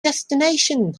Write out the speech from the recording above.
destination